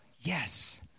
Yes